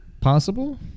possible